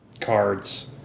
cards